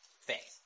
Faith